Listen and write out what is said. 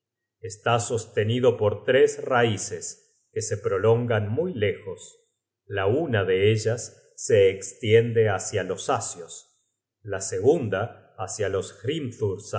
está sostenido por tres raices que se prolongan muy lejos la una de ellas se estiende hácia los asios la segunda hácia los